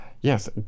Yes